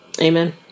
Amen